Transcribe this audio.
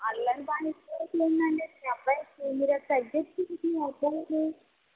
అల్లరి బాగా ఎక్కువైపోయిందండి మీ అబ్బాయికి మీరు అది తగ్గించండి మీ అబ్బాయికి